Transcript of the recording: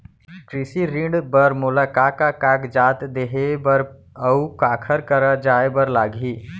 कृषि ऋण बर मोला का का कागजात देहे बर, अऊ काखर करा जाए बर लागही?